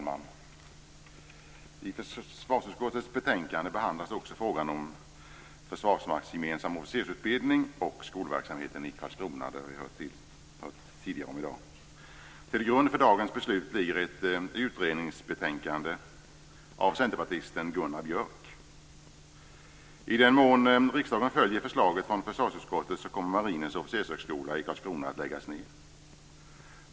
Fru talman! I försvarsutskottets betänkande behandlas också frågorna om försvarsmaktsgemensam officersutbildning och om skolverksamheten i Karlskrona. Det har vi hört om tidigare i dag. Till grund för dagens beslut ligger ett utredningsbetänkande av centerpartisten Gunnar Björk. I den mån riksdagen följer förslaget från försvarsutskottet kommer Marinens officershögskola i Karlskrona att läggas ned.